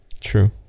True